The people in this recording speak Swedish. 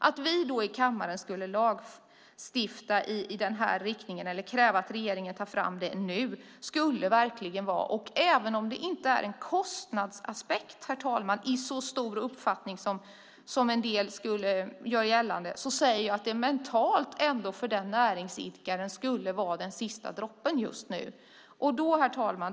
Om vi här i kammaren skulle lagstifta i nämnda riktning eller kräva att regeringen tar fram ett förslag skulle det - även om det inte är en kostnadsaspekt i sådan omfattning som en del gör gällande - mentalt för näringsidkaren verkligen vara sista droppen just nu. Herr talman!